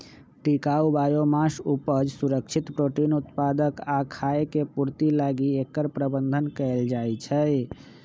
टिकाऊ बायोमास उपज, सुरक्षित प्रोटीन उत्पादक आ खाय के पूर्ति लागी एकर प्रबन्धन कएल जाइछइ